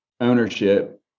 ownership